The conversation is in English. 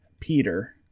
Peter